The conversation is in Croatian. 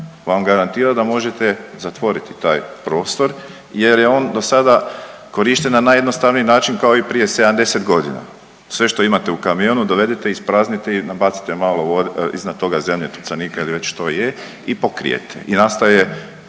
vam garantira da možete zatvoriti taj prostor jer je on do sada korišten na najjednostavniji način kao i prije 70 godina. Sve što imate u kamionu dovezete, ispraznite i nabacate iznad toga zemlje, tucanika ili već što je i pokrijete i nastaje